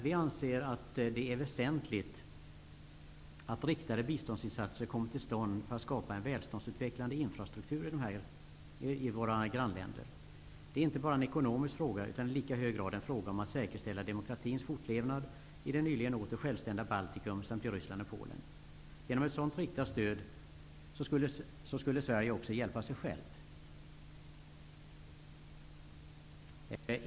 Vi anser att det är väsentligt att riktade biståndsinsatser kommer till stånd för att skapa en välståndsutvecklande infrastruktur i våra grannländer. Det är inte bara en ekonomisk fråga, utan i lika hög grad en fråga om att säkerställa demokratins fortlevnad i det nyligen åter självständiga Baltikum samt i Ryssland och Polen. Genom ett sådant riktat stöd skulle Sverige också hjälpa sig självt.